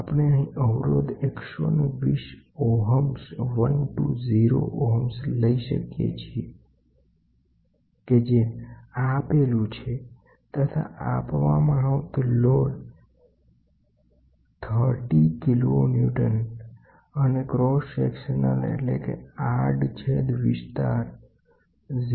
આપણે અહીં અવરોધ 120 ઓહ્મ લઈ શકીએ કે જે આપેલું છે તથા આપવામાં આવતો લોડ 30 કિલો ન્યુટન અને આડછેદ વિસ્તાર 0